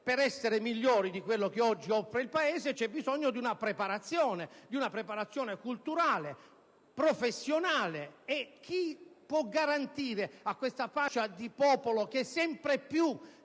Per essere migliori di quello che oggi offre il Paese c'è bisogno di una preparazione culturale e professionale: e chi la può garantire a questa fascia di popolo, che sempre più